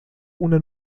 una